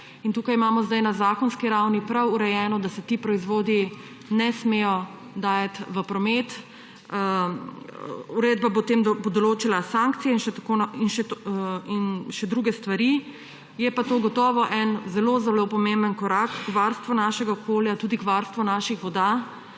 Tukaj imamo zdaj na zakonski ravni prav urejeno, da se ti proizvodi ne smejo dajati v promet. Uredba bo potem določala sankcije in še druge stvari. Je pa to gotovo en zelo zelo pomemben korak k varstvu našega okolja, tudi k varstvu naših voda.